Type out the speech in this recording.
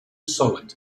solid